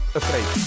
afraid